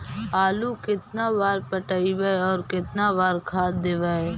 आलू केतना बार पटइबै और केतना बार खाद देबै?